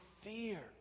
fear